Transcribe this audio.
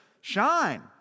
shine